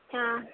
ಹಾಂ